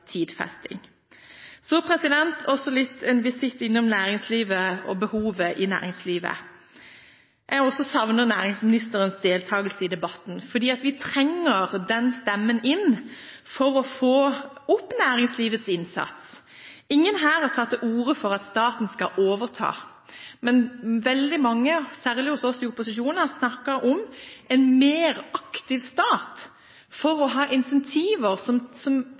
tidfesting. Så en liten visitt innom næringslivet og behovet i næringslivet. Jeg også savner næringsministerens deltakelse i debatten, fordi vi trenger den stemmen inn for å få opp næringslivets innsats. Ingen her har tatt til orde for at staten skal overta, men veldig mange – særlig hos oss i opposisjonen – har snakket om en mer aktiv stat for å ha insentiver som næringslivet faktisk kan og vil bruke, og som